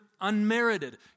unmerited